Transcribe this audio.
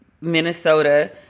Minnesota